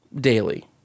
daily